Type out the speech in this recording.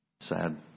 Sad